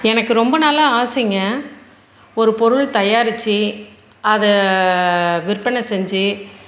எனக்கு ரொம்ப நாளாக ஆசைங்க ஒரு பொருள் தயாரித்து அதை விற்பனை செஞ்சு